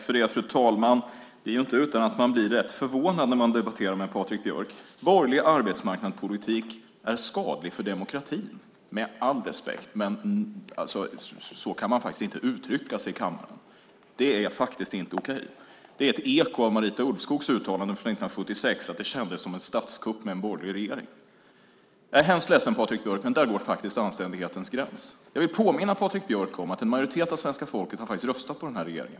Fru talman! Det är inte utan att jag blir rätt förvånad när jag debatterar med Patrik Björck - borgerlig arbetsmarknadspolitik ska vara skadlig för demokratin. Med all respekt, men så kan man faktiskt inte uttrycka sig i kammaren. Det är faktiskt inte okej. Det är ett eko av Marita Ulvskogs uttalande från 1976, nämligen att det kändes som en statskupp med en borgerlig regering. Jag är hemskt ledsen, Patrik Björck, men där går faktiskt anständighetens gräns. Jag vill påminna Patrik Björck om att en majoritet av svenska folket faktiskt har röstat på denna regering.